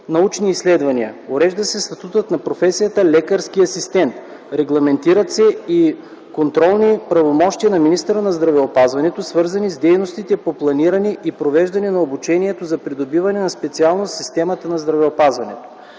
научни изследвания. Урежда се статутът на професията „лекарски асистент”. Регламентират се и контролни правомощия на министъра на здравеопазването, свързани с дейностите по планиране и провеждане на обучението за придобиване на специалност в системата на здравеопазването.